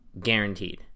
guaranteed